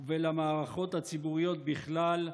ולמערכות הציבוריות בכלל,